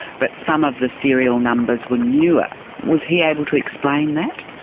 but some of the serial numbers were newer. was he able to explain that?